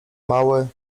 mały